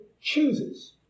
chooses